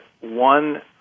one